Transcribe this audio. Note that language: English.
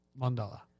Mandala